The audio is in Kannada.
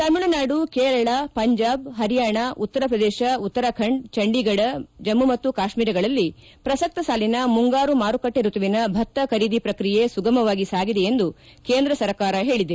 ತಮಿಳುನಾಡು ಕೇರಳ ಪಂಜಾಬ್ ಪರಿಯಾಣ ಉತ್ತರಪ್ರದೇಶ ಉತ್ತರಾಖಂಡ ಚಂಡಿಗಢ ಜಮ್ಮ ಮತ್ತು ಕಾಶ್ಮೀರಗಳಲ್ಲಿ ಪ್ರಸಕ್ತ ಸಾಲಿನ ಮುಂಗಾರು ಮಾರುಕಟ್ಟೆ ಋತುವಿನ ಭತ್ತ ಖರೀದಿ ಪ್ರಕ್ರಿಯೆ ಸುಗಮವಾಗಿ ಸಾಗಿದೆ ಎಂದು ಕೇಂದ್ರ ಸರ್ಕಾರ ಹೇಳಿದೆ